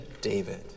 David